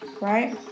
right